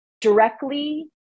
directly